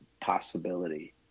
possibility